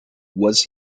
was